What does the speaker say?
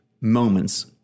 moments